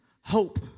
hope